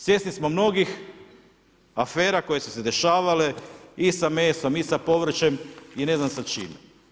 Svjesni smo mnogih afera koje su se dešavale i sa mesom i sa povrćem i ne znam sa čim.